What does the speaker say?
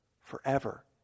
forever